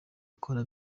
ukora